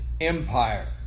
empire